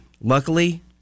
Luckily